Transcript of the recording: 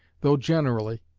though generally,